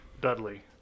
dudley